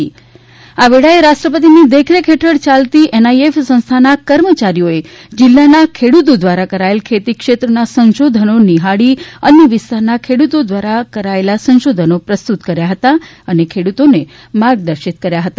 byte વિજયભાઈ ગામિત આ વેળાએ રાષ્ટ્રપતિની દેખરેખ હેઠળ યાલતી એનઆઇએફ સંસ્થાના કર્મચારીઓએ જિલ્લાના ખેડૂતો દ્વારા કરાયેલ ખેતી ક્ષેત્રના સંશોધનો નિહાળી અન્ય વિસ્તારોના ખેડૂતો દ્વારા કરાયેલ સંશોધનો પ્રસ્તુત કર્યા હતા અને ખેડૂતોને માર્ગદર્શિત કર્યા હતા